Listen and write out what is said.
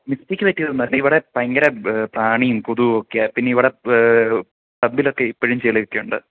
mistake പറ്റിയത് ഒന്നും അല്ല ഇവിടെ ഭയങ്കര പ്രാണിയും കൊതുവും ഒക്കെയാ പിന്നെ ഇവിടെ ടബിലൊക്കെ ഇപ്പോഴും ചെളിയൊക്കെയുണ്ട്